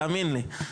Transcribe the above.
תאמין לי.